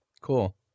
Cool